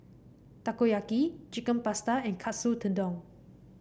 Takoyaki Chicken Pasta and Katsu Tendon